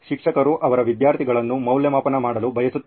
ಶಿಕ್ಷಕರು ಅವರ ವಿದ್ಯಾರ್ಥಿಗಳನ್ನು ಮೌಲ್ಯಮಾಪನ ಮಾಡಲು ಬಯಸುತ್ತಾರೆ